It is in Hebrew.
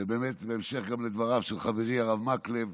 ובהמשך לדבריו של חברי הרב מקלב,